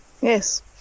yes